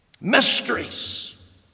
mysteries